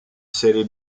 serie